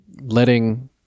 letting